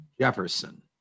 jefferson